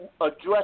address